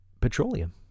petroleum